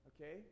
Okay